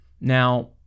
Now